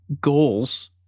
goals